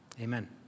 Amen